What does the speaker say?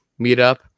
meetup